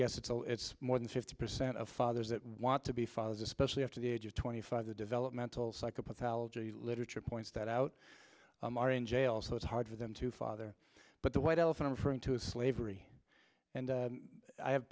guess it's all it's more than fifty percent of fathers that want to be fathers especially after the age of twenty five the developmental psychopathology literature points that out are in jail so it's hard for them to father but the white elephant referring to slavery and i have